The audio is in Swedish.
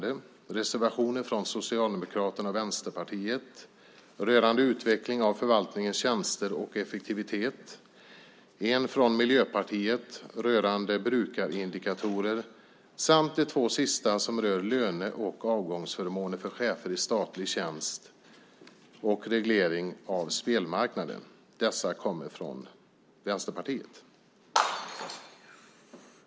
Det är en reservation från Socialdemokraterna och Vänsterpartiet rörande utveckling av förvaltningens tjänster och effektivitet, en från Miljöpartiet rörande brukarindikatorer samt två från Vänsterpartiet som rör löner och avgångsförmåner för chefer i statlig tjänst och reglering av spelmarknaden.